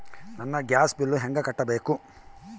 ನನ್ನ gas bill ಹೆಂಗ ಕಟ್ಟಬೇಕು?